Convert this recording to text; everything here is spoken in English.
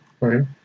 Right